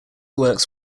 works